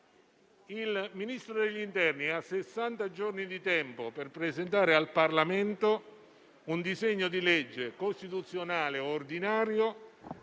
il Ministro dell'interno ha sessanta giorni di tempo per presentare al Parlamento un disegno di legge costituzionale o ordinario